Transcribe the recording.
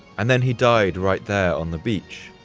and then he died right there on the beach,